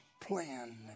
plan